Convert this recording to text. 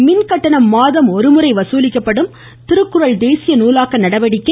மின்கட்டணம் மாதம் ஒரு முறை வகுலிக்கப்படும் திருக்குறளை தேசிய நூலாக்க நடவடிக்கை